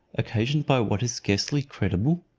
occasioned by what is scarcely credible.